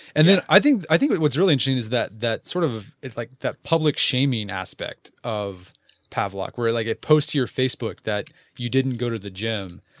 and i think i think what's really interesting is that that sort of like that public shaming aspect of pavlok where like it posts to your facebook that you didn't go to the gym.